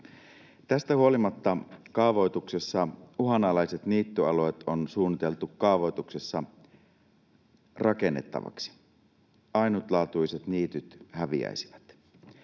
Tästä huolimatta uhanalaiset niittyalueet on suunniteltu kaavoituksessa rakennettaviksi. Ainutlaatuiset niityt häviäisivät.